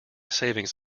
savings